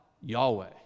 Yahweh